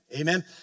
Amen